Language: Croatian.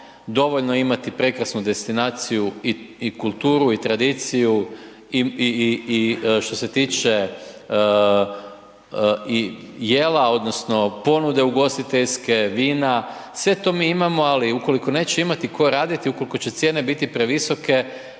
dovoljno imati prekrasnu destinaciju i kulturu i tradiciju i što se tiče i jela odnosno ponude ugostiteljske, vina, sve to mi imamo, ali ukoliko neće imati tko raditi, ukoliko će cijene biti previsoke,